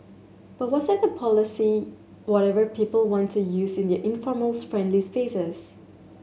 but what's at the policing whatever people want to use in their informal friendly spaces